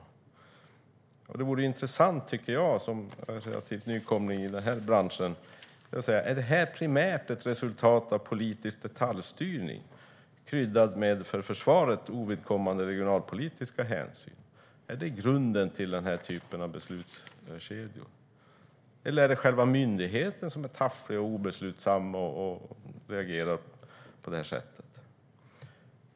Som relativ nykomling i den här branschen tycker jag att det vore intressant att få veta om detta primärt är ett resultat av politisk detaljstyrning kryddat med för försvaret ovidkommande regionalpolitiska hänsyn. Är det grunden till denna typ av beslutskedjor? Eller är det själva myndigheten som är tafflig och obeslutsam och reagerar på det här sättet?